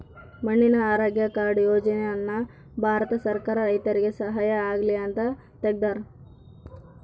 ಮಣ್ಣಿನ ಆರೋಗ್ಯ ಕಾರ್ಡ್ ಯೋಜನೆ ಅನ್ನ ಭಾರತ ಸರ್ಕಾರ ರೈತರಿಗೆ ಸಹಾಯ ಆಗ್ಲಿ ಅಂತ ತೆಗ್ದಾರ